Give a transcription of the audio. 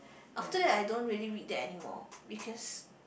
after that I don't really read that anymore because